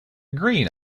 green